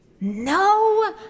No